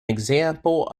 example